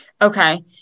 Okay